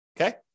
Okay